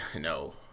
no